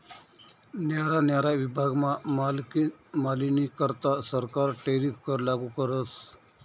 न्यारा न्यारा विभागमा मालनीकरता सरकार टैरीफ कर लागू करस